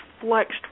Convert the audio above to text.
flexed